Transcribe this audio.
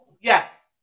yes